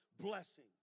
blessing